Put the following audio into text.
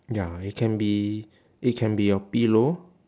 ya it can be it can be your pillow